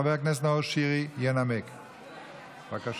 חבר הכנסת נאור שירי ינמק, בבקשה.